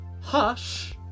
hush